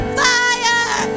fire